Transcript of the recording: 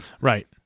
Right